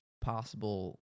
possible